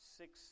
six